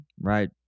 right